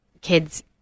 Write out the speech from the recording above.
kids